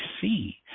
see